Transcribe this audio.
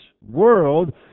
world